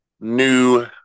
new